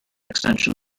extension